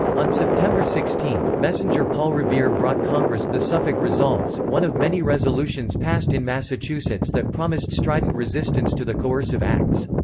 on september sixteen, messenger paul revere brought congress the suffolk resolves, one of many resolutions passed in massachusetts that promised strident resistance to the coercive acts.